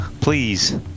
please